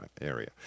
area